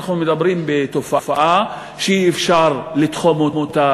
אנחנו מדברים בתופעה שאי-אפשר לתחום אותה,